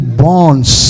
bonds